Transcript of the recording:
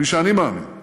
כפי שאני מאמין,